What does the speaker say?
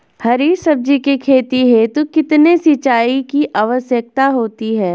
हरी सब्जी की खेती हेतु कितने सिंचाई की आवश्यकता होती है?